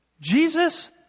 Jesus